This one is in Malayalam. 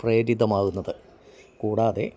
പ്രേരിതമാകുന്നത് കൂടാതെ